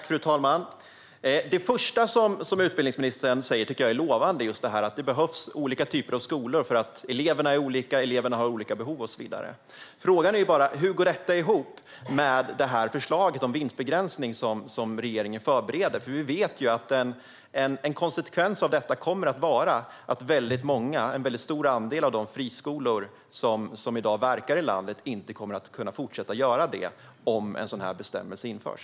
Fru talman! Det första som utbildningsministern säger tycker jag är lovande, det vill säga att det behövs olika typer av skolor för att eleverna är olika och har olika behov och så vidare. Frågan är bara hur detta går ihop med det förslag om vinstbegränsning som regeringen förbereder. Vi vet ju att en konsekvens av detta kommer att vara att en väldigt stor andel av de friskolor som i dag verkar i landet inte kommer att kunna fortsätta göra det om en sådan här bestämmelse införs.